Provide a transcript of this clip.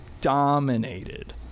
dominated